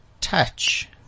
touch